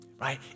Right